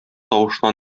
тавышына